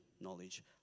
knowledge